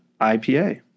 IPA